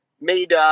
made